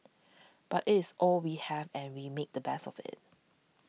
but it's all we have and we make the best of it